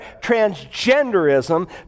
transgenderism